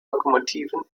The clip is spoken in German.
lokomotiven